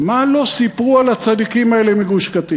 מה לא סיפרו על הצדיקים האלה מגוש-קטיף?